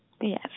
Yes